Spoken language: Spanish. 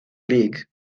league